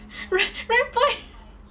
rank rank point